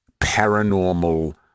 paranormal